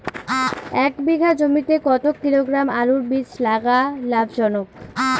এক বিঘা জমিতে কতো কিলোগ্রাম আলুর বীজ লাগা লাভজনক?